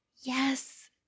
Yes